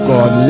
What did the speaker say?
God